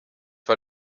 war